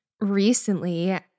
Recently